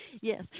Yes